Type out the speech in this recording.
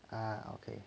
ah okay